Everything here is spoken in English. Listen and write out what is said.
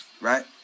right